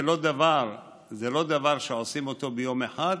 זה לא דבר שעושים אותו ביום אחד.